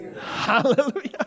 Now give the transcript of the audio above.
Hallelujah